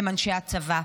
הם אנשי הצבא,